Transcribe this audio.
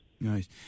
Nice